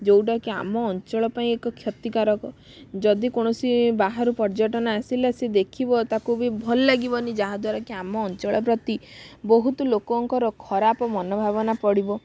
ଯେଉଁଟାକି ଆମ ଅଞ୍ଚଳ ପାଇଁ ଏକ କ୍ଷତିକାରକ ଯଦି କୌଣସି ବାହାରୁ ପର୍ଯ୍ୟଟନ ଆସିଲା ସେ ଦେଖିବ ତାକୁ ବି ଭଲ ଲାଗିବନି ଯାହା ଦ୍ବାରା କି ଆମ ଅଞ୍ଚଳ ପ୍ରତି ବହୁତ ଲୋକଙ୍କର ଖରାପ ମନଭାବନା ପଡ଼ିବ